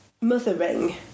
mothering